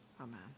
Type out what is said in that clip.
Amen